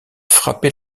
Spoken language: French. frappé